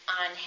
on